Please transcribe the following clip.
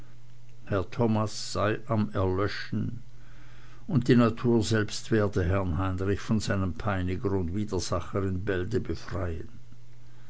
am erlöschen und die natur selbst werde herrn heinrich von seinem peiniger und widersacher in bälde befreien